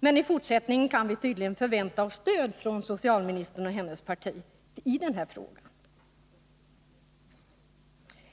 men i fortsättningen kan vi tydligen räkna med stöd från socialministern och hennes parti i den frågan.